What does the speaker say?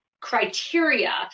Criteria